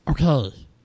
Okay